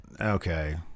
Okay